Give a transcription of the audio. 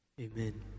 Amen